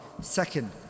Second